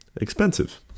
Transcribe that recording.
expensive